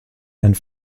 and